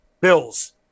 Bills